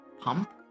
pump